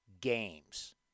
games